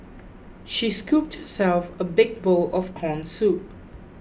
she scooped herself a big bowl of Corn Soup